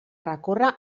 recórrer